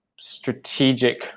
strategic